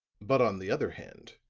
but on the other hand,